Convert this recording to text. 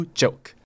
joke